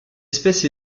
espèce